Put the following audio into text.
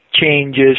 changes